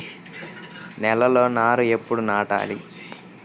నేలలో నారు ఎప్పుడు నాటాలి?